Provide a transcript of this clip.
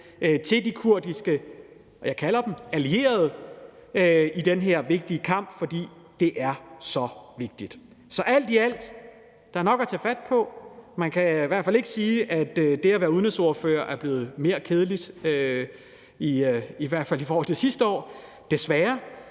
kalder dem allierede i den her vigtige kamp, for det er så vigtigt. Så alt i alt er der nok at tage fat på, man kan i hvert fald ikke sige, at det at være udenrigsordfører er blevet mere kedeligt, i hvert fald i forhold til sidste år, desværre,